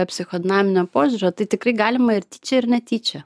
psichodnaminio požiūrio tai tikrai galima ir tyčia ir netyčia